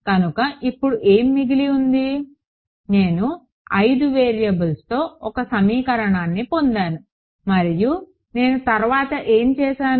కనుక ఇప్పుడు ఏమి మిగిలి ఉంది నేను 5 వేరియబుల్స్లో ఒక సమీకరణాన్ని పొందాను మరియు నేను తర్వాత ఏమి చేస్తాను